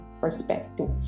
perspective